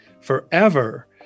forever